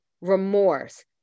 remorse